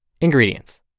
Ingredients